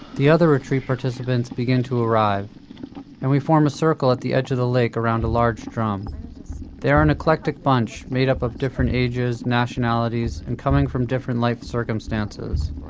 the other retreat participants begin to arrive and we form a circle at the edge of the lake around a large drum they are an eclectic bunch, made up of different ages, nationalities, and coming from different life circumstances.